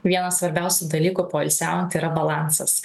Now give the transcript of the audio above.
vienas svarbiausių dalykų poilsiaujant yra balansas